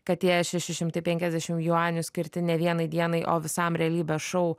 kad jai šeši šimtai penkiasdešimt juanių skirti ne vienai dienai o visam realybės šou